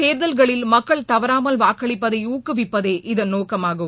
தேர்தல்களில் மக்கள் தவறாமல் வாக்களிப்பதை ஊக்குவிக்குவிட்பதே இதன் நோக்கமாகும்